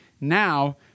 now